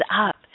up